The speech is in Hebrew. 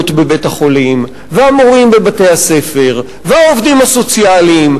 בבית-החולים והמורים בבתי-הספר והעובדים הסוציאליים,